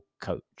coach